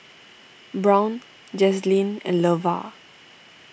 Brown Jazlene and Levar